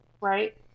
Right